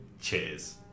cheers